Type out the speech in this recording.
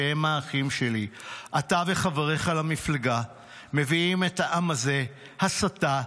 שהם האחים שלי --- אתה וחבריך למפלגה מביאים את העם הזה להסתה,